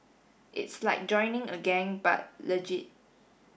it's like joining a gang but legit